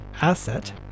asset